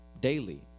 Daily